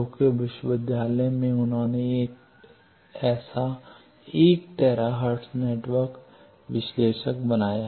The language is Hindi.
टोक्यो विश्वविद्यालय में उन्होंने एक ऐसा 1 टेरा हर्ट्ज नेटवर्क विश्लेषक बनाया है